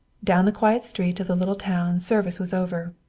down the quiet street of the little town service was over.